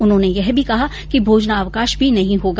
उन्होंने यह भी कहा कि भोजनावकाश भी नहीं होगा